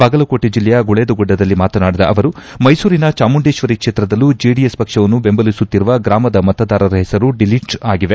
ಬಾಗಲಕೋಟೆ ಜಿಲ್ಲೆಯ ಗುಳೇದಗುಡ್ದದಲ್ಲಿ ಮಾತನಾಡಿದ ಅವರು ಮೈಸೂರಿನ ಚಾಮುಂಡೇಶ್ವರಿ ಕ್ಷೇತ್ರದಲ್ಲೂ ಜೆಡಿಎಸ್ ಪಕ್ಷವನ್ನು ಬೆಂಬಲಿಸುತ್ತಿರುವ ಗ್ರಾಮದ ಮತದಾರರ ಹೆಸರು ಡಿಲಿಟ್ಯಾಗಿವೆ